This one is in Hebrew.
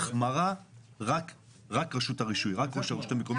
החמרה רק רשות הרישוי, רק ראש הרשות המקומית.